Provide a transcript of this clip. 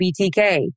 BTK